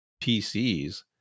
PCs